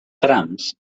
trams